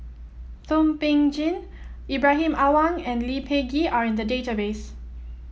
Thum Ping Tjin Ibrahim Awang and Lee Peh Gee are in the database